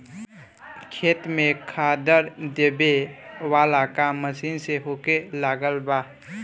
खेत में खादर देबे वाला काम मशीन से होखे लागल बा